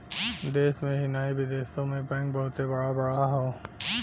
देश में ही नाही बिदेशो मे बैंक बहुते बड़ा बड़ा हौ